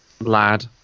lad